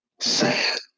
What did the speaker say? Sad